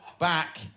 Back